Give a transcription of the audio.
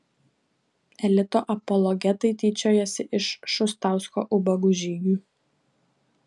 elito apologetai tyčiojasi iš šustausko ubagų žygių